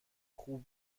خوب